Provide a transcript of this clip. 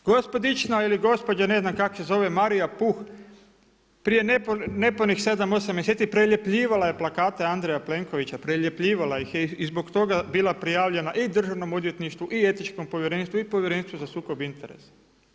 Gospodična ili gospođa, ne znam kako se zove Marija Puh, prije nepunih 7, 8 mjeseci preljepljivala je plakate Andreja Plenkovića, preljepljivala ih je i zbog toga bila prijavljena i državnom odvjetništvu i etičnom povjerenstvu i Povjerenstvu za sukob interesa.